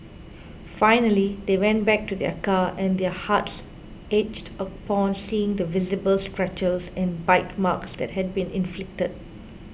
finally they went back to their car and their hearts ached upon seeing the visible scratches and bite marks that had been inflicted